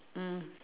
mm